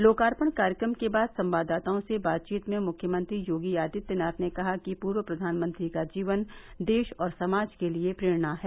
लोकार्पण कार्यक्रम के बाद संवाददाताओं से बातचीत में मुख्यमंत्री योगी आदित्यनाथ ने कहा कि पूर्व प्रधानमंत्री का जीवन देश और समाज के लिये प्रेरणा है